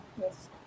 Yes